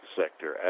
sector